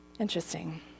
Interesting